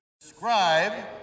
describe